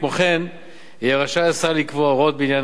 כמו כן יהיה השר רשאי לקבוע הוראות בעניין